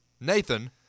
Nathan